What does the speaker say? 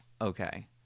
Okay